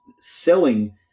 selling